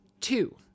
Two